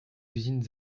usines